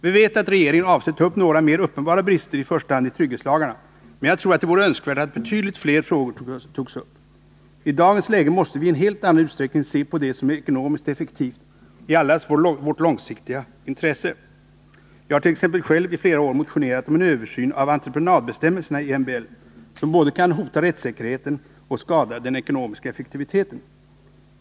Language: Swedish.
Vi vet att regeringen avser att ta upp några mer uppenbara brister i första hand i trygghetslagarna, men jag tror att det vore önskvärt att betydligt fler frågor togs upp. I dagens läge måste vi i en helt annan utsträckning se på det som är ekonomiskt effektivt i allas vårt långsiktiga intresse. Jag har t.ex. själv i flera år motionerat om en översyn av entreprenadbestämmelserna i MBL, som kan både hota rättssäkerheten och skada den ekonomiska effektiviteten.